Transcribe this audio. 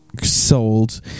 Sold